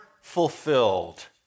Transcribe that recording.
fulfilled